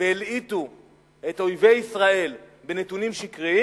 והלעיטו את אויבי ישראל בנתונים שקריים,